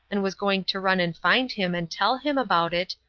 and was going to run and find him and tell him about it,